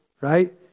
right